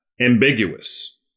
ambiguous